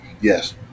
Yes